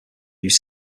used